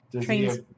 trains